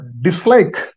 dislike